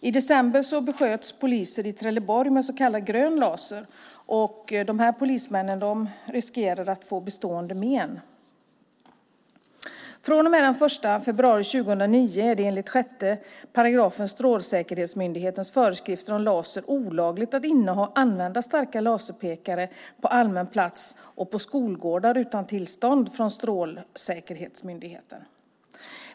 I december besköts poliser i Trelleborg med så kallad grön laser, och de polismännen riskerar att få bestående men. Från och med den 1 februari 2009 är det enligt 6 § Strålsäkerhetsmyndighetens föreskrifter om laser olagligt att inneha och använda starka laserpekare på allmän plats och på skolgårdar utan tillstånd från Strålsäkerhetsmyndigheten.